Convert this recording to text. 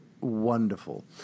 wonderful